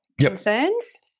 concerns